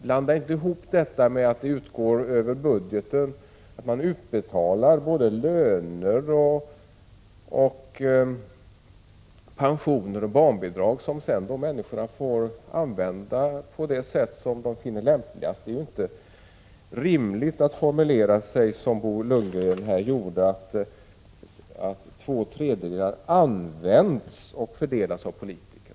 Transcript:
Blanda inte ihop detta med att man över budgeten betalar ut både löner och pensioner och barnbidrag som människorna får använda på det sätt som de finner lämpligast. Det är inte rimligt att säga som Bo Lundgren formulerade det, att två tredjedelar används och fördelas av politiker.